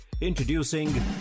Introducing